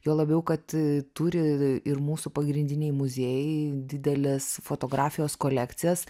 juo labiau kad a turi ir mūsų pagrindiniai muziejai dideles fotografijos kolekcijas